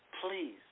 Please